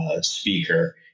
speaker